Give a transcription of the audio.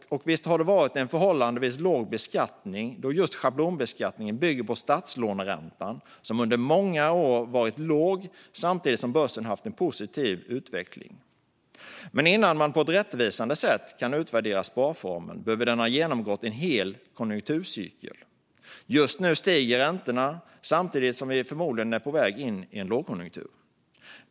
Och visst har det varit en förhållandevis låg beskattning, då just schablonbeskattningen bygger på statslåneräntan, som under många år varit låg samtidigt som börsen har haft en positiv utveckling. Men innan man på ett rättvisande sätt kan utvärdera sparformen behöver den ha genomgått en hel konjunkturcykel. Just nu stiger räntorna samtidigt som vi förmodligen är på väg in i en lågkonjunktur.